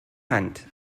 hand